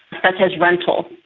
such as rental,